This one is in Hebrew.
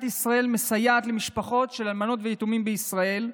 ישראל מסייעת למשפחות של אלמנות ויתומים בישראל.